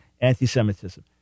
anti-Semitism